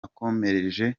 akomereje